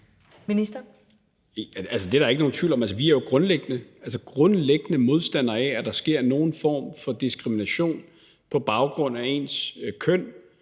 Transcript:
det er der ikke nogen tvivl om. Vi er jo grundlæggende modstandere af, at der sker nogen form for diskrimination på baggrund af ens køn,